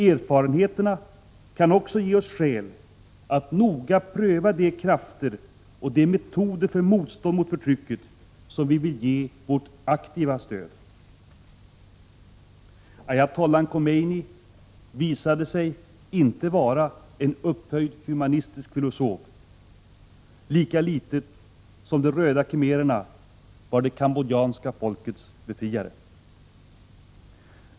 Erfarenheterna kan också ge oss skäl att noga pröva de krafter och de metoder för motstånd mot förtrycket som vi vill ge vårt aktiva stöd. Ayatollah Khomeini visade sig inte vara en upphöjd humanistisk filosof, lika litet som de röda khmererna var det kambodjanska folkets befriare.